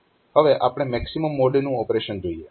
હવે આપણે મેક્સીમમ મોડનું ઓપરેશન જોઈએ